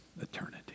eternity